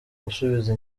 gusubiza